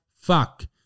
fuck